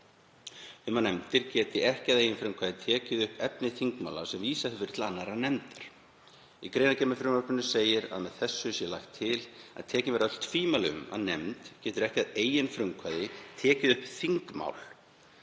um að nefnd geti ekki að eigin frumkvæði tekið upp efni þingmála sem vísað hefur verið til annarrar nefndar. Í greinargerð með frumvarpinu segir að með þessu sé lagt til að tekin verði af öll tvímæli um að nefnd geti ekki að eigin frumkvæði tekið upp þingmál,